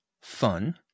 fun